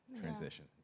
transition